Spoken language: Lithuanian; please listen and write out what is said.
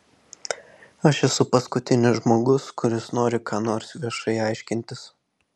aš esu paskutinis žmogus kuris nori ką nors viešai aiškintis